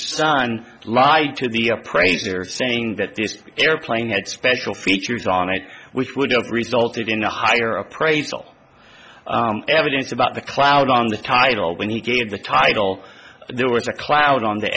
son lied to the appraiser saying that this airplane had special features on it which would have resulted in a higher appraisal evidence about the cloud on the title when he gave the title but there was a cloud on the